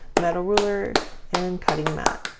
metal ruler and cutting mat.